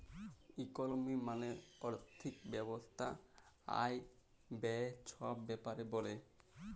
ইকলমি মালে আথ্থিক ব্যবস্থা আয়, ব্যায়ে ছব ব্যাপারে ব্যলে